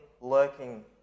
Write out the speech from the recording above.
lurking